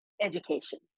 education